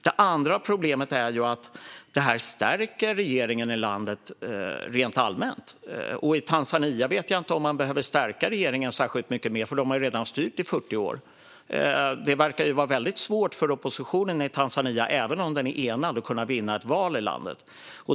Det andra problemet är att detta stärker regeringen i landet rent allmänt. Jag vet inte om man behöver stärka regeringen i Tanzania så mycket mer, för den har redan styrt i 40 år. Det verkar vara svårt för oppositionen i Tanzania, även om den är enad, att kunna vinna ett val i landet.